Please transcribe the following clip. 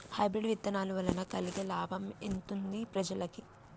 Hybrid విత్తనాల వలన కలిగే లాభం ఎంతుంది ప్రజలకి?